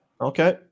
Okay